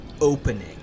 opening